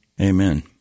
Amen